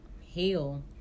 heal